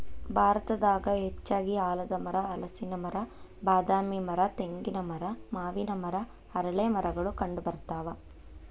ಭಾರತದಾಗ ಹೆಚ್ಚಾಗಿ ಆಲದಮರ, ಹಲಸಿನ ಮರ, ಬಾದಾಮಿ ಮರ, ತೆಂಗಿನ ಮರ, ಮಾವಿನ ಮರ, ಅರಳೇಮರಗಳು ಕಂಡಬರ್ತಾವ